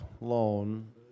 loan